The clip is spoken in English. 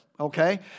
Okay